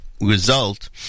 result